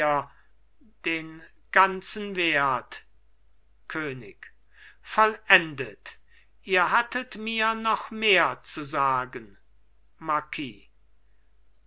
den ganzen wert könig vollendet ihr hattet mir noch mehr zu sagen